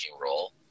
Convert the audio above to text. role